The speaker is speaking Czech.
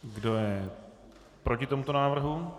Kdo je proti tomuto návrhu?